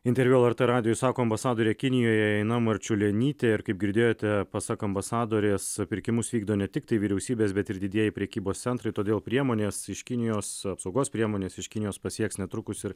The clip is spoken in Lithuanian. interviu lrt radijui sako ambasadorė kinijoje ina marčiulionytė ir kaip girdėjote pasak ambasadorės pirkimus vykdo ne tiktai vyriausybės bet ir didieji prekybos centrai todėl priemonės iš kinijos apsaugos priemonės iš kinijos pasieks netrukus ir